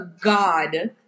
God